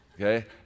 okay